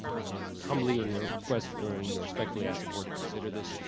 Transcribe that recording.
i would humbly and request really, you know, respectfully ask the board to consider this,